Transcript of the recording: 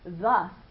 thus